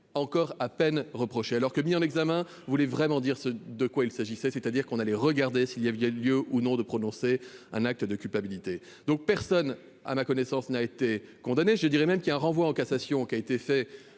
encore à peine reprocher alors que mis en examen, voulait vraiment dire ce de quoi il s'agissait, c'est-à-dire qu'on allait regarder s'il y avait il y a lieu ou non de prononcer un acte de culpabilité, donc personne à ma connaissance, n'a été condamné, je dirais même qu'il y a un renvoi en cassation, qui a été fait